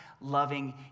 loving